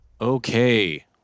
Okay